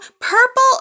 purple